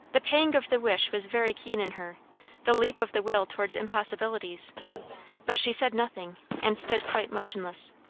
the pang of the wish was very keen in her the leap of the will towards impossibilities but she said nothing and stood quite motionless.